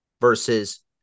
versus